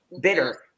bitter